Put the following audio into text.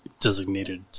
designated